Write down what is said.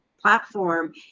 platform